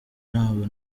nabwo